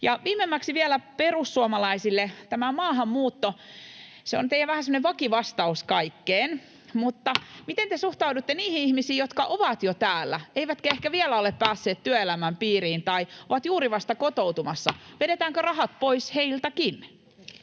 semmoinen vakivastaus kaikkeen, mutta miten te suhtaudutte niihin ihmisiin, jotka ovat jo täällä eivätkä ehkä vielä ole päässeet työelämän piiriin tai ovat juuri vasta kotoutumassa? Vedetäänkö rahat pois heiltäkin?